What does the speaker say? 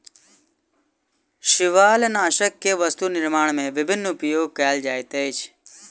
शिवालनाशक के वस्तु निर्माण में विभिन्न उपयोग कयल जाइत अछि